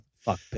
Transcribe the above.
fuck